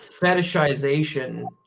fetishization